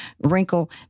wrinkle